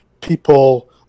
people